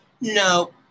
No